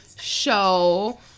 show